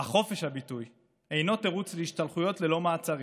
אך חופש הביטוי אינו תירוץ להשתלחויות ללא מעצורים,